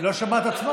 היא לא שומעת את עצמה.